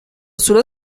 sullo